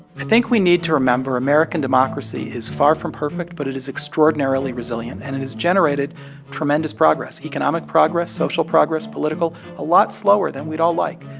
i think we need to remember american democracy is far from perfect, but it is extraordinarily resilient. and it has generated tremendous progress economic progress, social progress, political a lot slower than we'd all like.